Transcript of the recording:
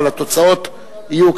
אבל התוצאות יהיו,